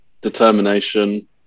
determination